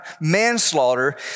manslaughter